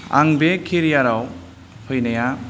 आं बे केरियार आव फैनाया